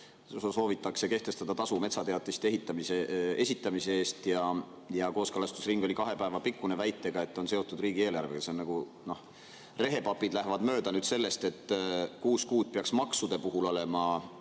et soovitakse kehtestada tasu metsateatiste esitamise eest, ja kooskõlastusring oli kahe päeva pikkune, väitega, et see on seotud riigieelarvega. See on nii, nagu rehepapid läheksid mööda sellest, et kuus kuud peaks maksude puhul olema